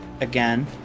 again